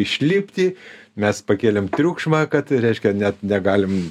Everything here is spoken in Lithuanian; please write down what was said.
išlipti mes pakėlėm triukšmą kad reiškia net negalim